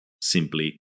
simply